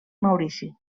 maurici